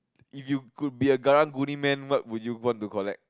if you could be a karang-guni man what would you want to collect